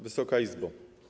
Wysoka Izbo!